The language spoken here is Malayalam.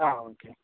ആ ഓക്കെ